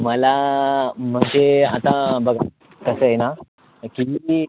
मला म्हणजे आता बघा कसं आहे ना ॲक्चुली